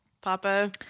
papa